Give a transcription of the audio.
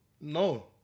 No